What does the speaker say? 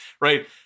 right